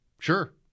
sure